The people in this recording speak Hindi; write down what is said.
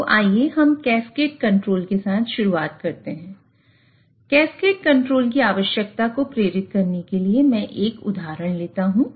तो आइए हम कैस्केड कंट्रोल की आवश्यकता को प्रेरित करने के लिए मैं एक उदाहरण लेता हूं